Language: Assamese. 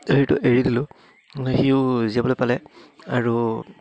হেৰিটো এৰি দিলোঁ সিও জীয়াবলৈ পালে আৰু